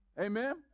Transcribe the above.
Amen